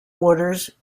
orders